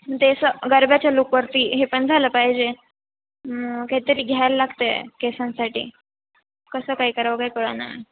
ते असं गरब्याच्या लूकवरती हे पण झालं पाहिजे मग काही तरी घ्यायला लागतं केसांसाठी कसं काय करावं काय कळेना